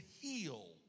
heal